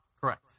Correct